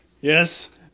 Yes